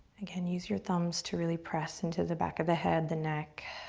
again, use your thumbs to really press into the back of the head, the neck.